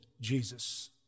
Jesus